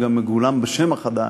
שגם מגולם בשם החדש,